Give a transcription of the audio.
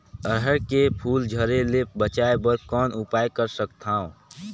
अरहर के फूल झरे ले बचाय बर कौन उपाय कर सकथव?